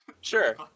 Sure